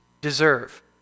deserve